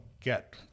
get